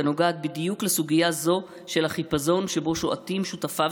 הנוגעת בדיוק לסוגיה זו של החיפזון שבו שועטים שותפיו